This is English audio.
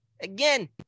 again